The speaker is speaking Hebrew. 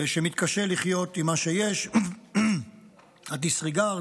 שמתקשה לחיות עם מה שיש, הדיסרגרד,